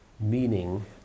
meaning